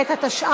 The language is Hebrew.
בחוץ.